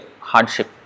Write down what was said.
hardship